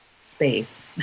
space